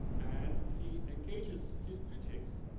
and he engages his critics,